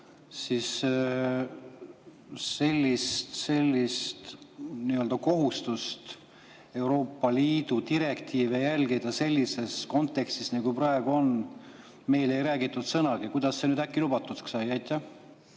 siis sellisest kohustusest Euroopa Liidu direktiive järgida sellises kontekstis, nagu praegu on, meile ei räägitud sõnagi. Kuidas see nüüd äkki lubatuks